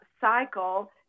cycle